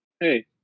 Hey